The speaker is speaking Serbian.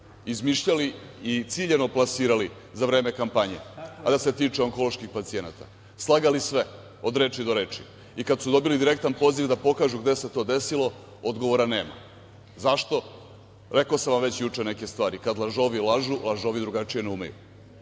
izmišljali i ciljano plasirali za vreme kampanje, a da se tiče onkoloških pacijenata. Slagali sve od reči do reči i kada su dobili direktan poziv da pokažu gde se to desilo, odgovora nema. Zašto? Rekao sam vam već juče neke stvari - kad lažovi lažu, lažovi drugačije ne umeju